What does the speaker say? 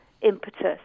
impetus